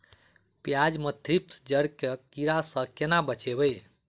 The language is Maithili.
प्याज मे थ्रिप्स जड़ केँ कीड़ा सँ केना बचेबै?